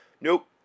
Nope